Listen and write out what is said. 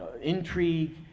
intrigue